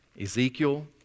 Ezekiel